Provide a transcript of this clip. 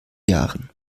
jahren